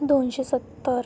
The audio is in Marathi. दोनशे सत्तर